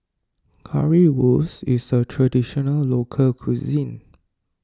Currywurst is a Traditional Local Cuisine